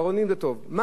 מה העלות של זה?